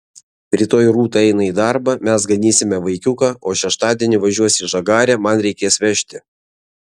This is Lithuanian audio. rytoj rūta eina į darbą mes ganysime vaikiuką o šeštadienį važiuos į žagarę man reikės vežti